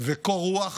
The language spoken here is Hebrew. וקור רוח